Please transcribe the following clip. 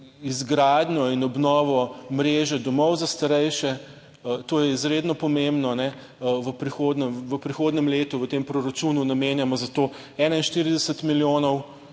izgradnjo in obnovo mreže domov za starejše, to je izredno pomembno. V prihodnjem letu, v tem proračunu namenjamo za to 41 milijonov